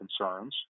concerns